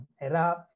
era